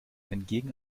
entgegen